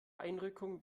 einrückung